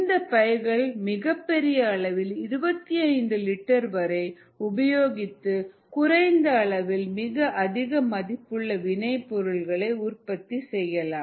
இந்த பைகள்மிகப்பெரிய அளவில் 25 லிட்டர் வரை உபயோகித்து குறைந்த அளவில் மிக அதிக மதிப்புள்ள வினை பொருட்களை உற்பத்தி செய்யலாம்